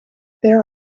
there